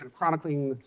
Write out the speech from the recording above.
and chronicling